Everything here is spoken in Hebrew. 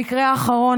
המקרה האחרון,